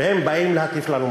והם באים להטיף לנו מוסר.